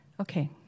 Okay